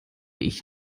ich